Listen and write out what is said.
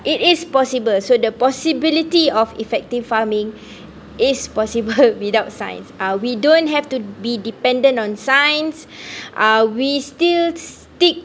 it is possible so the possibility of effective farming is possible without science uh we don't have to be dependant on science uh we still stick